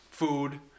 Food